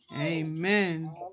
Amen